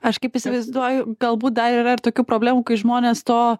aš kaip įsivaizduoju galbūt dar yra ir tokių problemų kai žmonės to